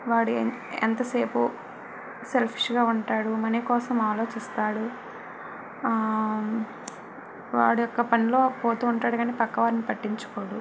వాడు ఎంతసేపు సెల్ఫిష్గా ఉంటాడు మనీ కోసం ఆలోచిస్తాడు వాడు ఒక పనిలో పోతు ఉంటాడు కానీ పక్క వాళ్ళని పట్టించుకోడు